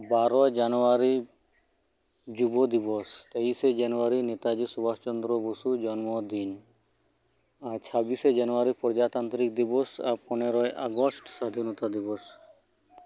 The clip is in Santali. ᱵᱟᱨᱚᱭ ᱡᱟᱱᱣᱟᱨᱤ ᱡᱩᱵᱚ ᱫᱤᱵᱚᱥ ᱛᱮᱭᱤᱥᱮ ᱡᱟᱱᱣᱟᱨᱤ ᱱᱮᱛᱟᱡᱤ ᱥᱩᱵᱟᱥ ᱪᱚᱱᱫᱨᱚ ᱵᱚᱥᱩ ᱡᱚᱱᱢᱚ ᱫᱤᱱ ᱟᱨ ᱡᱷᱟᱵᱤᱥᱮ ᱡᱟᱱᱣᱟᱨᱤ ᱯᱨᱚᱡᱟ ᱛᱚᱱᱛᱨᱚ ᱫᱤᱵᱚᱥ ᱟᱨ ᱯᱚᱱᱮᱨᱚᱭ ᱟᱜᱚᱥᱴ ᱥᱟᱫᱷᱤᱱᱚᱛᱟ ᱫᱤᱵᱚᱥ